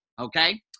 okay